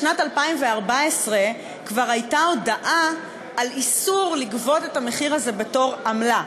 בשנת 2014 כבר הייתה הודעה על איסור לגבות את המחיר הזה בתור עמלה.